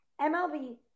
MLB